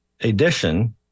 edition